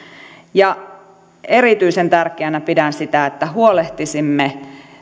erityisen tärkeänä pidän sitä että huolehtisimme